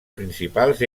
principals